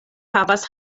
havas